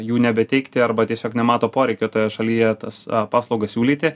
jų nebeteikti arba tiesiog nemato poreikio toje šalyje tas paslaugas siūlyti